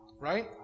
Right